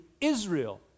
Israel